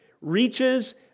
reaches